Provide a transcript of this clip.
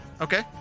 Okay